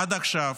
עד עכשיו,